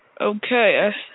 Okay